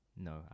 No